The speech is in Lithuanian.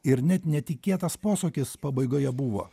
ir net netikėtas posūkis pabaigoje buvo